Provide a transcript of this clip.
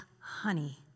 honey